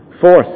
Fourth